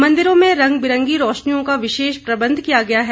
मंदिरों में रंग बिरंगी रौशनियों का विशेष प्रबंध किया गया है